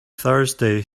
thursday